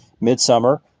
Midsummer